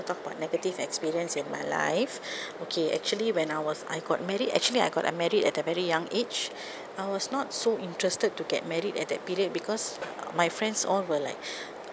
talk about negative experience in my life okay actually when I was I got married actually I got married at a very young age I was not so interested to get married at that period because my friends all were like